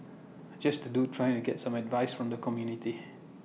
just A dude trying to get some advice from the community